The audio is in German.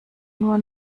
nur